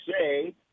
say